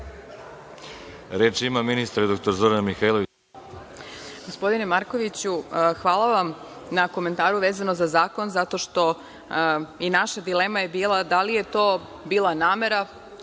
Reč ima ministarka dr Zorana Mihajlović.